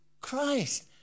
Christ